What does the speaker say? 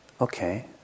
okay